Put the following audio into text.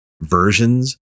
versions